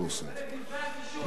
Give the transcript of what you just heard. אבל את דברי הקישור אתה גם כותב.